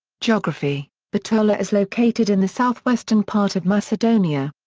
geography bitola is located in the southwestern part of macedonia.